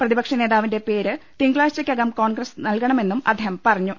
പ്രതിപക്ഷനേതാവിന്റെ പേര് തിങ്കളാഴ്ചക്കകം കോൺഗ്രസ് നൽകണ്മെന്നും അദ്ദേഹം പറഞ്ഞു